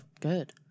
good